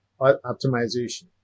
optimization